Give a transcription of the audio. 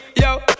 Yo